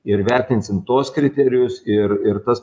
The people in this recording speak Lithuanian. ir vertinsim tuos kriterijus ir ir tas